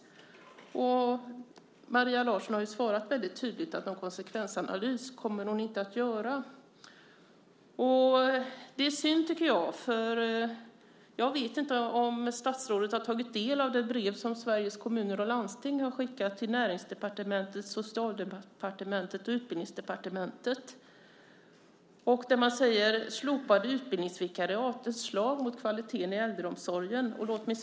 Maria Larsson har tydligt svarat att hon inte kommer att göra någon konsekvensanalys. Det är synd. Jag vet inte om statsrådet har tagit del av det brev som Sveriges Kommuner och Landsting har skickat till Närings-, Social och Utbildningsdepartementen. Där skriver de att slopade utbildningsvikariat är ett slag mot kvaliteten i äldreomsorgen.